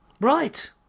right